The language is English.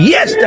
Yes